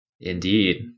Indeed